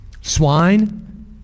swine